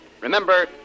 Remember